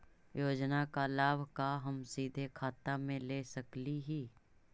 योजना का लाभ का हम सीधे खाता में ले सकली ही?